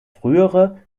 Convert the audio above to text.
frühere